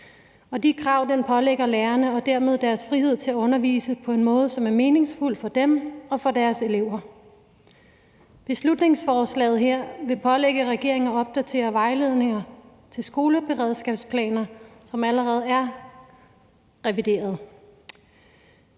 og de krav, den pålægger lærerne og dermed deres frihed til at undervise på en måde, som er meningsfuld for dem og deres elever. Beslutningsforslaget her vil pålægge regeringen at opdatere vejledninger til skoleberedskabsplaner, som allerede er revideret.